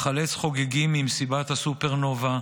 לחלץ חוגגים ממסיבת הנובה,